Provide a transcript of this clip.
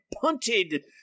punted